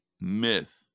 myth